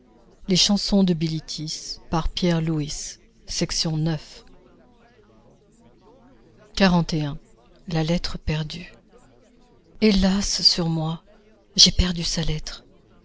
la lettre perdue hélas sur moi j'ai perdu sa lettre